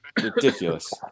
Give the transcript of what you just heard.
ridiculous